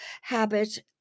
habit